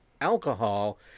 alcohol